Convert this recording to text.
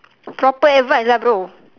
proper advice lah bro